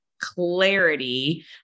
clarity